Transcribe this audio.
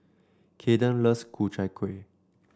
Kayden loves Ku Chai Kueh